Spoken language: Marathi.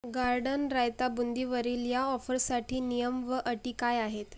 गार्डन रायता बुंदीवरील या ऑफरसाठी नियम व अटी काय आहेत